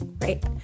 right